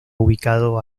ubicado